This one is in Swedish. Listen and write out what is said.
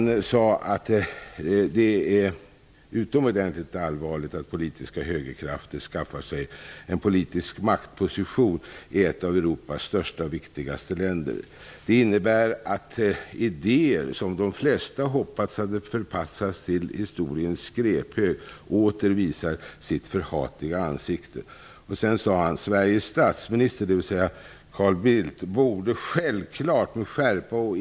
Det är utomordentligt allvarligt att extrema politiska högerkrafter skaffar sig en politisk maktposition i ett av Europas största och viktigaste länder. Det innebär att idéer, som de flesta hoppats hade förpassats till historiens skräphög, åter visar upp sitt förhatliga ansikte. Den politiska utvecklingen i Italien kan bli en signal och en stimulans för liknande politiska krafter i andra delar av Europa.